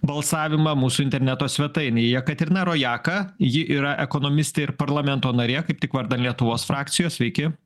balsavimą mūsų interneto svetainėj jekaterina rojaka ji yra ekonomistė ir parlamento narė kaip tik vardan lietuvos frakcijos sveiki